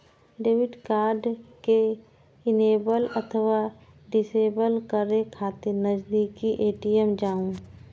debit card कें enable अथवा disable करै खातिर नजदीकी ए.टी.एम जाउ